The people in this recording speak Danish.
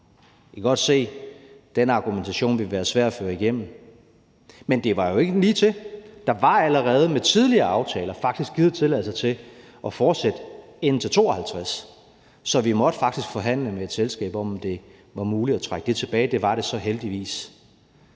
I kan godt se, at den argumentation ville være svær at føre igennem. Men det var jo ikke ligetil. Der var allerede med tidligere aftaler faktisk givet tilladelse til at fortsætte indtil 2052, så vi måtte faktisk forhandle med et selskab om, om det var muligt at trække det tilbage. Det var det så heldigvis.